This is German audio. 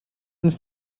ins